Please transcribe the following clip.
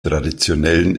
traditionellen